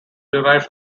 derived